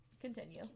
continue